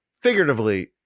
figuratively